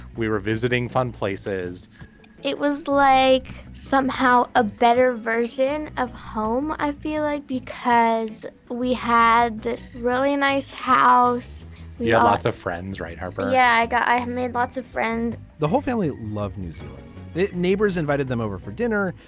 we were visiting fun places it was like somehow a better version of home. i feel like because but we had this really nice house yeah lots of friends right harper yeah i got i had made lots of friends the whole family love new zealand neighbours invited them over for dinner.